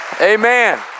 Amen